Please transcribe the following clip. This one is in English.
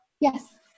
Yes